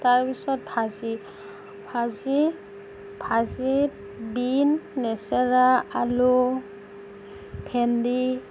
তাৰ পিছত ভাজি ভাজি ভাজিত বিন নেচেৰা আলু ভেন্দি